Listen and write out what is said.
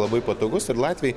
labai patogus ir latviai